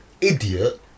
idiot